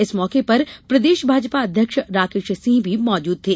इस मौके पर प्रदेश भाजपा अध्यक्ष राकेश सिंह भी मौजूद थे